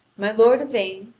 my lord yvain,